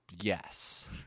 Yes